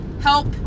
help